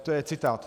To je citát.